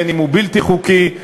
בין שהוא בלתי חוקי,